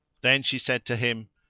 then she said to him,